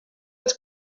els